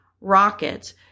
rockets